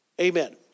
Amen